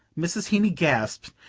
mrs. heeny gasped,